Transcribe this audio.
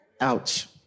ouch